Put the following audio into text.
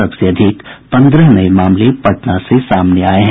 सबसे अधिक पन्द्रह नये मामले पटना से सामने आये हैं